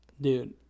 Dude